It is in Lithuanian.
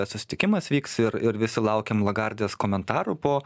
susitikimas vyks ir ir visi laukiam lagardės komentarų po